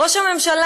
ראש הממשלה,